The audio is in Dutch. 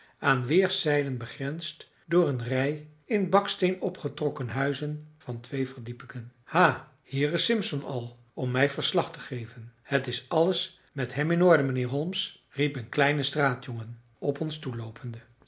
aan weerszijden begrensd door een rij in baksteen opgetrokken huizen van twee verdiepingen ha hier is simpson al om mij verslag te geven het is alles met hem in orde mijnheer holmes riep een kleine straatjongen op ons toe